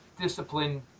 discipline